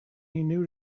knew